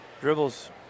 Dribbles